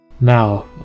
Now